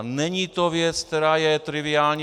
Není to věc, která je triviální.